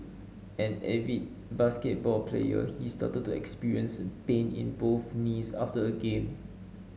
an avid basketball player he started to experience pain in both knees after a game